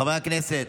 חברי הכנסת.